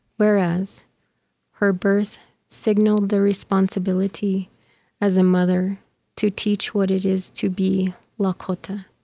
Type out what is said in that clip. whereas her birth signaled the responsibility as a mother to teach what it is to be lakota,